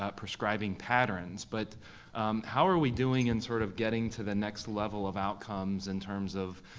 ah prescribing patterns. but how are we doing in sort of getting to the next level of outcomes in terms of,